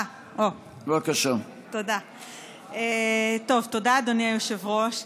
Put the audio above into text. תודה, אדוני היושב-ראש.